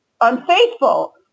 unfaithful